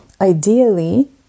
ideally